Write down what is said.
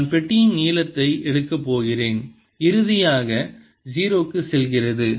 நான் பெட்டியின் நீளத்தை எடுக்கப் போகிறேன் இறுதியாக 0 க்குச் செல்கிறது